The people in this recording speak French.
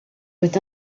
peut